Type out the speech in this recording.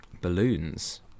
balloons